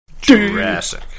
Jurassic